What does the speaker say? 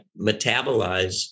metabolize